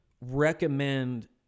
recommend